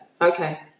Okay